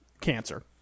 cancer